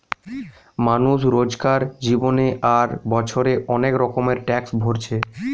মানুষ রোজকার জীবনে আর বছরে অনেক রকমের ট্যাক্স ভোরছে